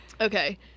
Okay